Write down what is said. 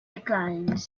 declines